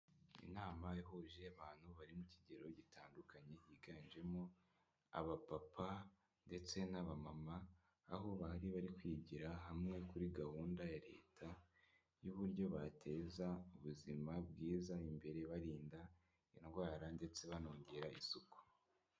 Inama yahuje abantu bari mu kigero gitandukanye higanjemo abapapa ndetse n'abamama, aho bari bari kwigira hamwe kuri gahunda ya Leta y'uburyo bateza ubuzima bwiza imbere birinda indwara ndetse banongera isuku.